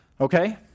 Okay